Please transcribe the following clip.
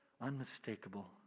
unmistakable